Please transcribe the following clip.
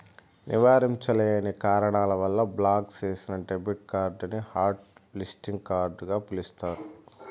నివారించలేని కారణాల వల్ల బ్లాక్ చేసిన డెబిట్ కార్డుని హాట్ లిస్టింగ్ కార్డుగ పిలుస్తారు